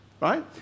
right